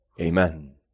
Amen